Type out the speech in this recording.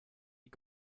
you